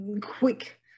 quick